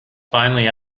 finally